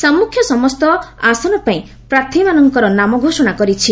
ସାମ୍ମୁଖ୍ୟ ସମସ୍ତ ସମସ୍ତ ଆସନ ପାଇଁ ପ୍ରାର୍ଥୀମାନଙ୍କର ନାମ ଘୋଷଣା କରିଛି